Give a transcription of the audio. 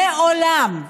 מעולם.